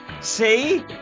See